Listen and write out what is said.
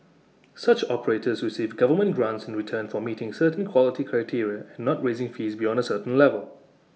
such operators receive government grants in return for meeting certain quality criteria and not raising fees beyond A certain level